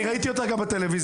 אני ראיתי אותך גם בטלוויזיה.